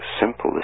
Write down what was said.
simple